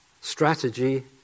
strategy